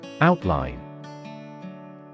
Outline